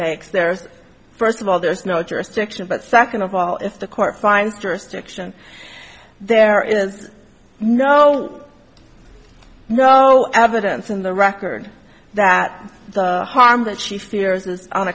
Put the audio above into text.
makes there's first of all there is no jurisdiction but second of all if the court finds jurisdiction there is no no evidence in the record that the harm that she fears is on